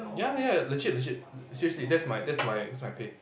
ya ya legit legit seriously that's my that's my that's my pay